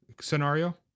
scenario